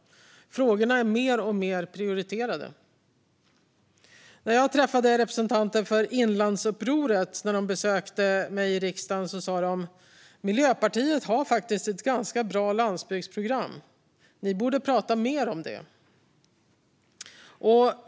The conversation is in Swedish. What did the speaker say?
Frågorna är mer och mer prioriterade. När jag träffade representanter för Inlandsupproret när de besökte riksdagen sa de: Miljöpartiet har faktiskt ett ganska bra landsbygdsprogram. Ni borde prata mer om det.